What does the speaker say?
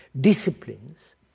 disciplines